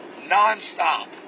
nonstop